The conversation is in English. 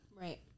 Right